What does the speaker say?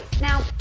Now